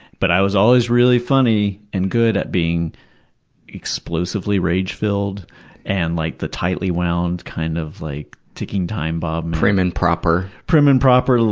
but i was always really funny, and good at being explosively rage-filled and like the tightly wound kind of like ticking time bomb. prim and proper. prim and proper,